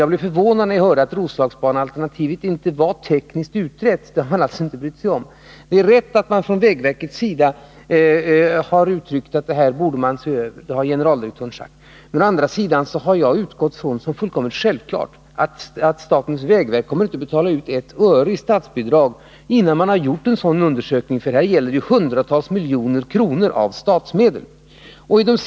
Jag blev förvånad när jag hörde att Roslagsbanealternativet inte var tekniskt utrett — det har man alltså inte brytt sig om att göra. Det är riktigt att vägverket har uttryckt att det här borde ses över — det har generaldirektören sagt. Men jag har utgått ifrån som självklart att statens vägverk inte kommer att betala ut ett öre i statsbidrag innan man har gjort en sådan undersökning — här gäller det ju hundratals miljoner kronor av statsmedel!